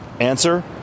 Answer